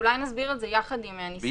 אולי נסביר את זה יחד עם --- ביחד.